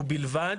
ובלבד